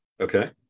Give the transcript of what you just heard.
okay